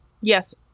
Yes